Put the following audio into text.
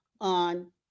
on